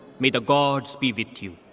may the gods be with you.